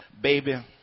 baby